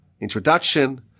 introduction